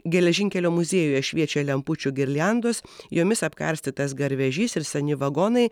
geležinkelio muziejuje šviečia lempučių girliandos jomis apkarstytas garvežys ir seni vagonai